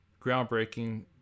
groundbreaking